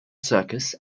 circus